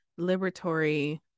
liberatory